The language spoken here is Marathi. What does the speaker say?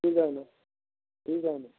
ठीक आहे ना ठीक आहे ना